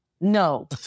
no